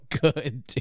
good